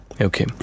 Okay